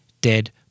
Dead